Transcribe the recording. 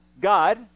God